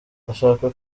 ndashaka